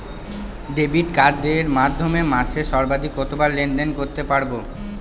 Debit কার্ডের মাধ্যমে মাসে সর্বাধিক কতবার লেনদেন করতে পারবো?